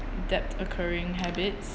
debt occurring habits